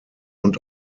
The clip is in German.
und